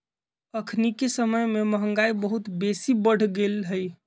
अखनिके समय में महंगाई बहुत बेशी बढ़ गेल हइ